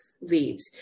waves